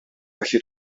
felly